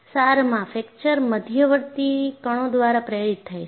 સારમાં fracture મધ્યવર્તી કણો દ્વારા પ્રેરિત થાય છે